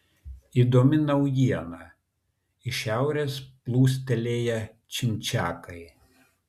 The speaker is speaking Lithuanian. įdomi naujiena iš šiaurės plūstelėję čimčiakai